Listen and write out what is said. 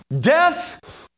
death